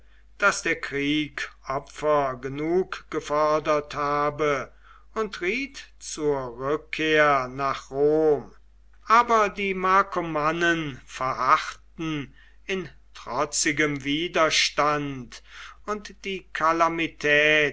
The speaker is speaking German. daß der krieg opfer genug gefordert habe und riet zur rückkehr nach rom aber die markomannen verharrten in trotzigem widerstand und die